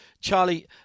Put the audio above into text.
Charlie